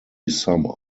summer